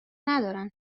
ندارن